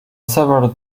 several